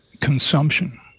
consumption